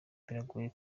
biragoye